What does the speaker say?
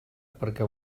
perquè